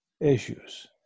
issues